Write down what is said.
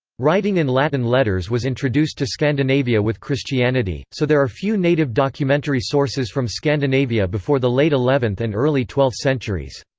writing in latin letters was introduced to scandinavia with christianity, so there are few native documentary sources from scandinavia before the late eleventh and early twelfth centuries.